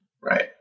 Right